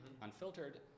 unfiltered